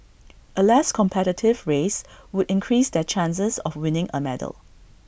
A less competitive race would increase their chances of winning A medal